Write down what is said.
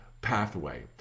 pathway